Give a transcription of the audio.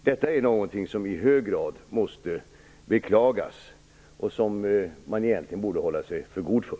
Detta är något som i hög grad måste beklagas och som man egentligen borde hålla sig för god för.